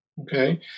Okay